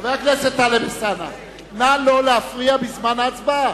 הכנסת טלב אלסאנע לסעיף 1 לא נתקבלה.